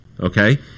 okay